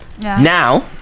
Now